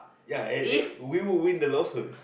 ya and and we will win the lawsuit